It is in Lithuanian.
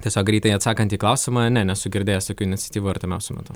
tiesiog greitai atsakant į klausimą ne nesu girdėjęs jokių iniciatyvų artimiausiu metu